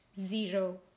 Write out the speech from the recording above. zero